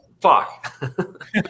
fuck